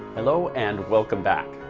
hello and welcome back.